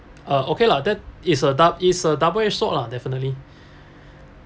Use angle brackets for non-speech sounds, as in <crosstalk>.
uh okay lah that is a dou~ it's a double edge sword lah definitely <breath>